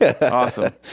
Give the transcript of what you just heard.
awesome